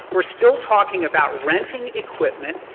we're still talking about renting equipment,